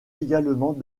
également